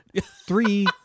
Three